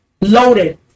Loaded